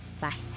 Bye